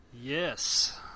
Yes